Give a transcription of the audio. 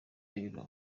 rero